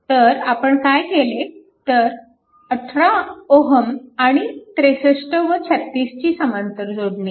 तर आपण काय केले तर 18 Ω and 63 व 36 ची समांतर जोडणी